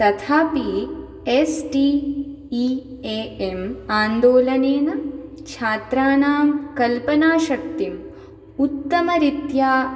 तथापि S T E A M आन्दोलनेन छात्राणां कल्पनाशक्तिम् उत्तमरीत्या